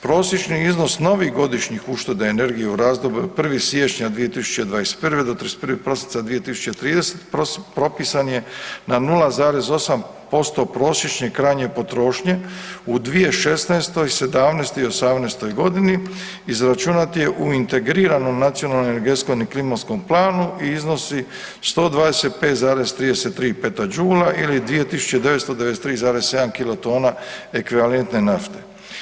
Prosječni iznos novih godišnjih ušteda energije u razdoblju od 1. siječnja 2021. do 31. prosinca 2030. propisan je na 0,8% prosječne krajnje potrošnje u 2016., '17. i '18. godini, izračunat je u integriranom nacionalno i energetskom i klimatskom planu i iznosi 125,33 Petadžula ili 2993,7 Kilotona ekvivalentne nafte.